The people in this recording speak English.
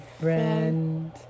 friend